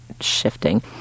shifting